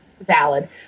Valid